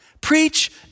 Preach